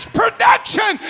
production